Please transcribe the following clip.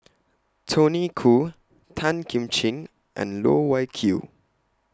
Tony Khoo Tan Kim Ching and Loh Wai Kiew